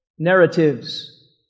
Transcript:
narratives